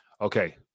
okay